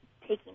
taking